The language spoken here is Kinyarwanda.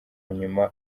nyuma